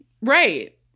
right